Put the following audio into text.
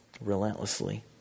relentlessly